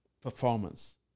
performance